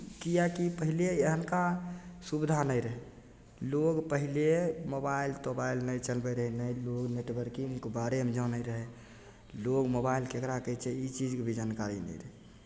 किएकि पहिले एहनका सुविधा नहि रहै लोक पहिले मोबाइल तोबाइल नहि चलबैत रहै नहि ओ नेटवर्किंगके बारेमे जानैत रहै लोक मोबाइल ककरा कहै छै ई चीजके भी जानकारी नहि रहै